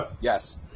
Yes